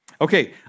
Okay